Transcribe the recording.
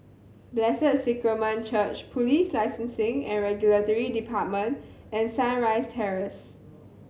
Blessed Sacrament Church Police Licensing and Regulatory Department and Sunrise Terrace